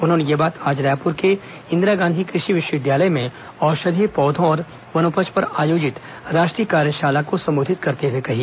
उन्होंने यह बात आज रायपुर के इंदिरा गांधी कृषि विश्वविद्यालय में औषधीय पौधों और वनोपज पर आयोजित राष्ट्रीय कार्यशाला को संबोधित करते हुए कही